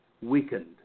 weakened